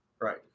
Right